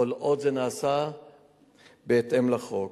כל עוד זה נעשה בהתאם לחוק.